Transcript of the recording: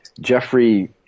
Jeffrey –